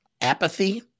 apathy